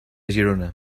girona